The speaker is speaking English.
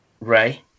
Ray